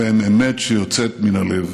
הם אמת שיוצאת מן הלב,